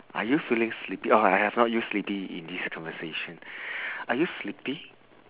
are you feeling sleepy oh I I have not used sleepy in this conversation are you sleepy